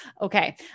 Okay